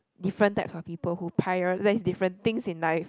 different types of people who prioritise different things in life